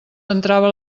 entrava